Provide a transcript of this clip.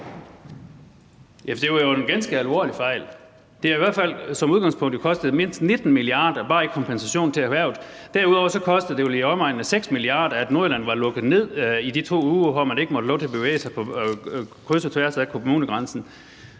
Det var jo en ganske alvorlig fejl. Det har i hvert fald som udgangspunkt kostet mindst 19 mia. kr., bare i kompensation til erhvervet. Derudover kostede det vel i omegnen af 6 mia. kr., at Nordjylland var lukket ned i de to uger, hvor man ikke havde lov til at bevæge sig på kryds og tværs af kommunegrænsen.